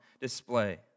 display